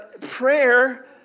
prayer